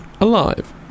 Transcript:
Alive